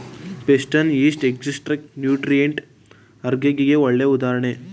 peptone, yeast extract nutrient ಅಗರ್ಗೆ ಗೆ ಒಳ್ಳೆ ಉದಾಹರಣೆ